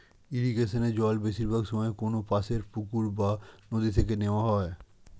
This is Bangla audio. ইরিগেশনে জল বেশিরভাগ সময়ে কোনপাশের পুকুর বা নদি থেকে নেওয়া হয়